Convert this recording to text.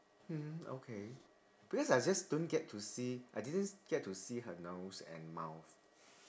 mm okay because I just don't get to see I didn't s~ get to see her nose and mouth